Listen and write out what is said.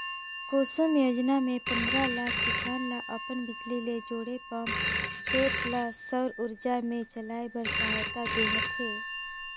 कुसुम योजना मे पंदरा लाख किसान ल अपन बिजली ले जुड़े पंप सेट ल सउर उरजा मे चलाए बर सहायता देह थे